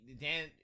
Dan